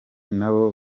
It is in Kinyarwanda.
nabo